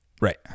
Right